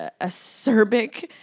acerbic